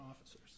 officers